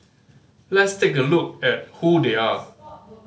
let's take a look at who they are